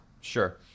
sure